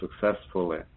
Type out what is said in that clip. successfully